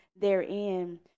therein